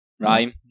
Rhyme